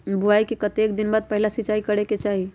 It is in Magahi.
बोआई के कतेक दिन बाद पहिला सिंचाई करे के चाही?